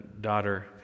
daughter